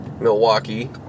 Milwaukee